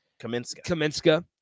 Kaminska